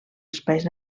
espais